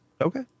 Okay